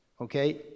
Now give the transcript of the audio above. okay